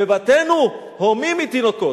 ובתינו הומים מתינוקות.